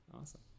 Awesome